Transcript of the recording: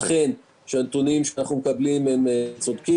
אכן שהנתונים שאנחנו מקבלים הם נכונים.